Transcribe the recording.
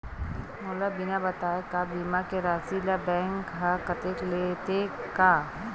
मोला बिना बताय का बीमा के राशि ला बैंक हा कत लेते का?